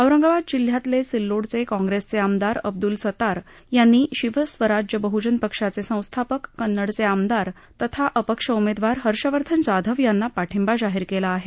औरप्रिमिद जिल्ह्यातले सिल्लोडचे काँग्रेसचे आमदार अब्दुल सत्तार याप्ती शिवस्वराज्य बहूजन पक्षाचे सस्खापक कन्नडचे आमदार तथा अपक्ष उमेदवार हर्षवर्धन जाधव याप्ती पाठिक्त जाहीर केला आहे